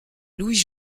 louis